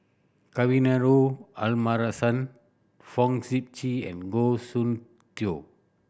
Kavignareru Amallathasan Fong Sip Chee and Goh Soon Tioe